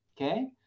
okay